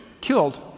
Killed